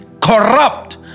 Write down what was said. corrupt